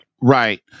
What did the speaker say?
Right